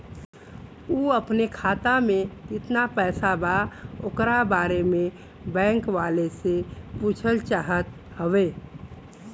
उ अपने खाते में कितना पैसा बा ओकरा बारे में बैंक वालें से पुछल चाहत हवे?